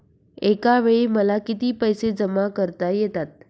एकावेळी मला किती पैसे जमा करता येतात?